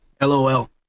LOL